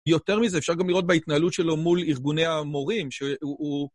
יותר מזה, אפשר גם לראות בהתנהלות שלו מול ארגוני המורים, שהוא...